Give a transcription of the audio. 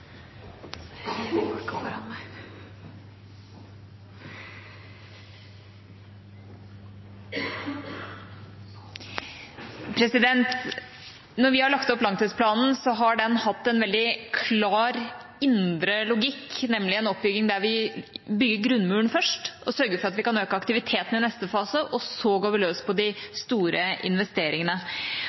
Når vi har lagt opp langtidsplanen, har den hatt en veldig klar indre logikk, nemlig en oppbygging der vi bygger grunnmuren først, sørger for at vi kan øke aktiviteten i neste fase, og så går vi løs på de store investeringene.